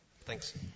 Thanks